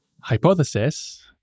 hypothesis